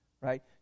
right